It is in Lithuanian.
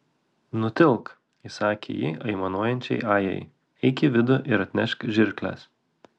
nutilk įsakė ji aimanuojančiai ajai eik į vidų ir atnešk žirkles